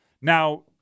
Now